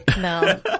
No